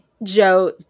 Joe